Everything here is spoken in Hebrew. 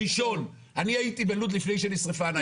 ראשון, אני הייתי בלוד לפני שנשרפה הניידת.